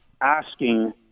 asking